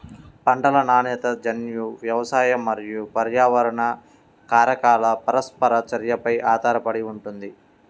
పంటల నాణ్యత జన్యు, వ్యవసాయ మరియు పర్యావరణ కారకాల పరస్పర చర్యపై ఆధారపడి ఉంటుంది